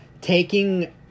taking